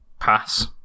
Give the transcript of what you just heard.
Pass